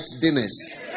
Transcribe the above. dinners